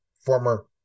former